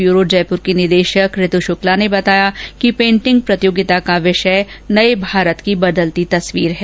bureau Jaipur निदेशक ऋत् शुक्ला ने बताया कि पेंटिंग प्रतियोगिता का विषय नए भारत की बदलती तस्वीर है